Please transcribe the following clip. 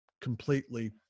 Completely